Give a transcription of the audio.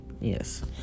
yes